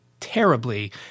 terribly